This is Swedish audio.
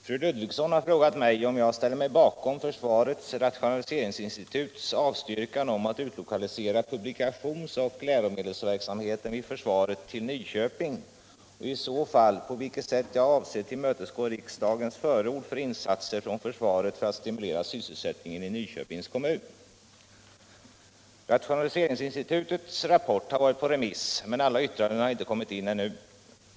Herr talman! Fru Ludvigsson har frågat mig om jag ställer mig bakom försvarets rationaliseringsinstituts avstyrkan av en utlokalisering av publikationsoch läromedelsverksamheten vid försvaret till Nyköping och i så fall på vilket sätt jag avser tillmötesgå riksdagens förord för insatser från försvaret för att stimulera sysselsättningen i Nyköpings kommun. Rationaliseringsinstitutets rapport har varit på remiss, men alla yttranden har inte kommit in ännu.